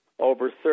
over